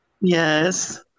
Yes